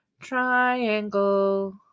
Triangle